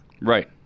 Right